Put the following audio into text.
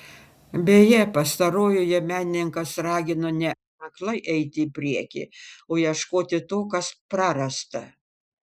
beje pastarojoje menininkas ragino ne aklai eiti į priekį o ieškoti to kas prarasta